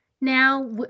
now